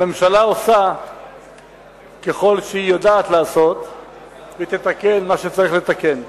הממשלה עושה ככל שהיא יודעת לעשות ותתקן מה שצריך לתקן.